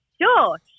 sure